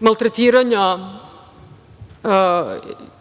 maltretiranja, ili